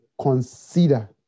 Consider